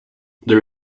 there